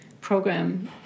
program